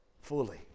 fully